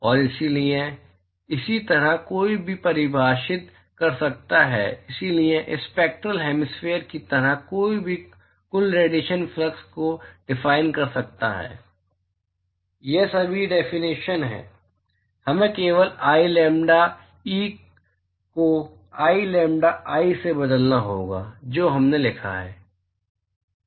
और इसलिए इसी तरह कोई भी परिभाषित कर सकता है इसलिए स्पेक्ट्रल हेमिस्फेयर की तरह कोई भी कुल रेडिएशन फ्लक्स को डिफाइन कर सकता है ये सभी डेफिनेशन हैं हमें केवल i लैम्ब्डा ई को i लैम्ब्डा i से बदलना होगा जो हमने लिखा है